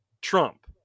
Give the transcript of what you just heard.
Trump